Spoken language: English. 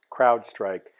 CrowdStrike